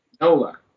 Nola